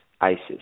Isis